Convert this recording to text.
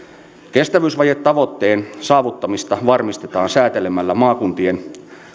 kestävyysvajetavoitteen saavuttamista varmistetaan säätelemällä maakuntien